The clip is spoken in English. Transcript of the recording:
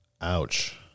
Ouch